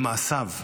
במעשיו,